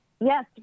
Yes